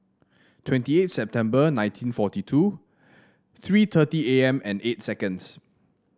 twenty eight September nineteen forty two three thirty A M and eight seconds